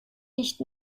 nicht